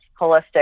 holistic